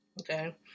Okay